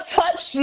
touch